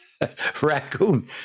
Raccoon